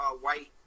white